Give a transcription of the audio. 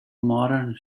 modern